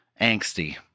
angsty